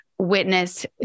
witness